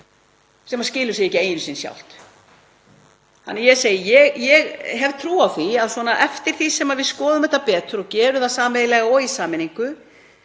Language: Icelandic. sem skilur sig ekki einu sinni sjálft. Ég hef trú á því að eftir því sem við skoðum þetta betur og gerum það sameiginlega og í sameiningu